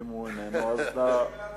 אם הוא איננו, אם הוא איננו ניגש להצבעה.